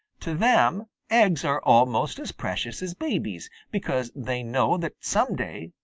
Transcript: to them eggs are almost as precious as babies, because they know that some day,